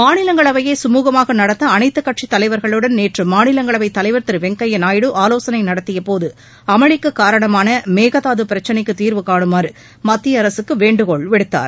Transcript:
மாநிலங்களவைய சுமுகமாக நடத்த அனைத்துக் கட்சி தலைவர்களுடன் நேற்று மாநிலங்களவைத் தலைவர் திரு வெங்கையா நாயுடு ஆலோசனை நடத்தியபோது அமளிக்குக் காரணமான மேகதாது பிரச்னைக்கு தீர்வு காணுமாறு மத்திய அரசுக்கு வேண்டுகோள் விடுத்தார்